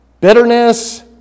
bitterness